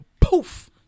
poof